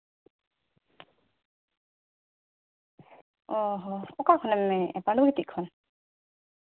ᱚᱸᱻ ᱦᱚᱸ ᱚᱠᱟ ᱠᱷᱚᱱᱮᱢ ᱢᱮᱱᱮᱜᱼᱟ ᱯᱟᱸᱰᱩᱵᱤᱛᱤ ᱠᱷᱚᱱ